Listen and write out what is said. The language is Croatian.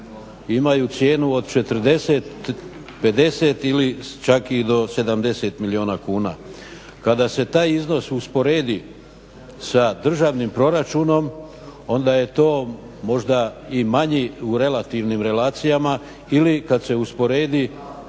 imaju cijenu od 40, 50 ili čak i do 70 milijuna kuna. Kada se taj iznos usporedi sa državnim proračunom onda je to možda i manji u relativnim relacijama ili kada se usporedi